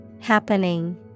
Happening